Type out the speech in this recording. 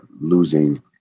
losing